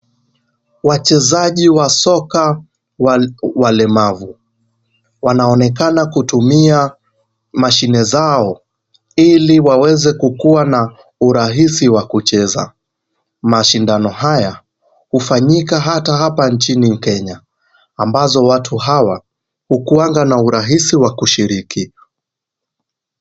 Wachezaji wa soka walemavu wanaonekana kutumia mashine zao ili waweze kukuwa na urahisi wa kucheza. Mashindano haya hufanyika hata hapa nchini Kenya ambazo watu hawa hukuwanga na urahisi wa kushiriki.